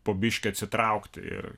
po biškį atsitraukti ir